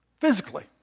physically